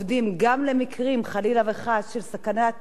של סכנת סגירה ופירוק של החברות האלו,